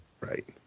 Right